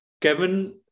Kevin